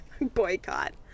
Boycott